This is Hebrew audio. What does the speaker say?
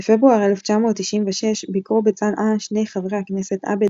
בפברואר 1996 ביקרו בצנעא שני חברי הכנסת עבד